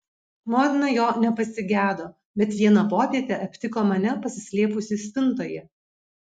motina jo nepasigedo bet vieną popietę aptiko mane pasislėpusį spintoje